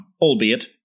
albeit